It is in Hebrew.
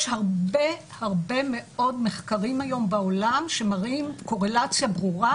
יש הרבה מאוד מחקרים היום בעולם שמראים קורלציה ברורה